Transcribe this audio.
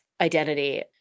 identity